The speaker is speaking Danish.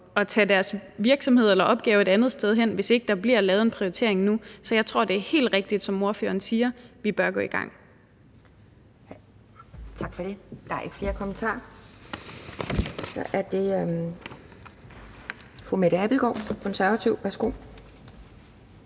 at flytte deres virksomhed eller opgaver et andet sted hen, hvis der ikke bliver lavet en prioritering nu. Så jeg tror, det er helt rigtigt, som ordføreren siger, at vi bør gå i gang. Kl. 12:01 Anden næstformand (Pia Kjærsgaard): Tak for det. Der er ikke flere kommentarer. Så er det fru Mette Abildgaard, Konservative. Værsgo.